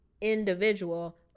individual